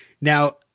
Now